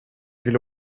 ville